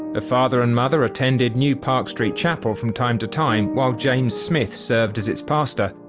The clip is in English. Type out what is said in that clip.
ah father and mother attended new park street chapel from time to time, while james smith served as its pastor,